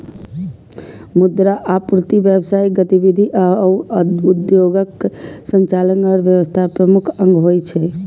मुद्रा आपूर्ति, व्यावसायिक गतिविधि आ उद्योगक संचालन अर्थव्यवस्थाक प्रमुख अंग होइ छै